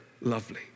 lovely